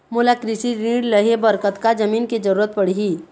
मोला कृषि ऋण लहे बर कतका जमीन के जरूरत पड़ही?